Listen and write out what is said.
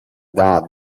dar